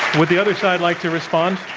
would the other side like to respond?